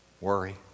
Worry